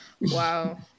wow